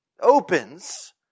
Opens